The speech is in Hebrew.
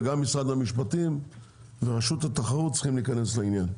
וגם משרד המשפטים ורשות התחרות צריכים להיכנס לעניין.